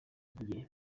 didier